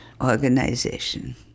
organization